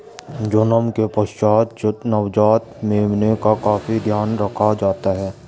जन्म के पश्चात नवजात मेमने का काफी ध्यान रखा जाता है